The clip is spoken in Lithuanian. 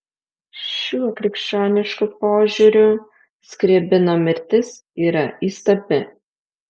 šiuo krikščionišku požiūriu skriabino mirtis yra įstabi